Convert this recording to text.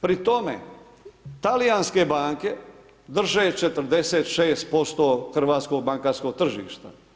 Pri tome talijanske banke drže 46% hrvatskog bankarskog tržišta.